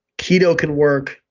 keto can work,